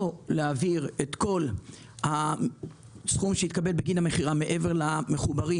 לא להעביר את כל הסכום שיתקבל בגין המכירה מעבר למחוברים,